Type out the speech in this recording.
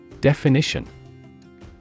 Definition